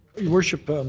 your worship,